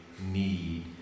need